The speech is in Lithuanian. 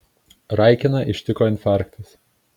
raikiną ištiko infarktas